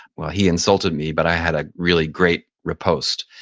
well he insulted me, but i had a really great repost.